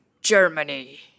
germany